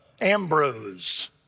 Ambrose